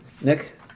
Nick